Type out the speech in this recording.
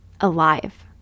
Alive